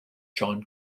john